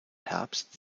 herbst